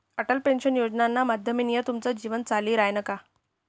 Atal pension योजनाना माध्यमथीन तुमनं जीवन चाली रायनं का?